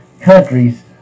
countries